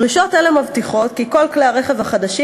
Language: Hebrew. דרישות אלה מבטיחות כי כל כלי הרכב החדשים